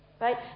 right